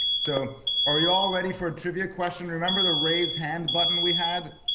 so are y'all ready for trivia question? remember the raise hand button we had?